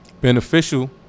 beneficial